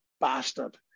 bastard